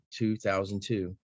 2002